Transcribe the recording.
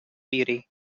beauty